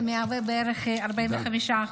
וזה מהווה בערך 45%,